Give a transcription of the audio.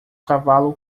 cavalo